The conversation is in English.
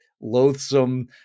loathsome